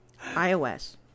iOS